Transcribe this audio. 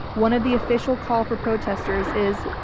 one of the official calls for protesters is,